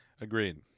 Agreed